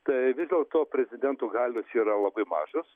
ta vis dėlto prezidentų galios yra labai mažos